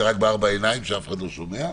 זה רק בארבע עיניים כשאף אחד לא שומע.